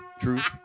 truth